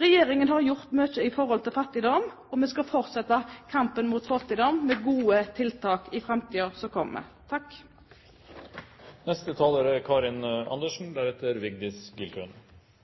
Regjeringen har gjort mye med fattigdom, og vi skal fortsette kampen mot fattigdom med gode tiltak i tiden som kommer. Fattigdom – og barnefattigdom – er